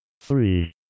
three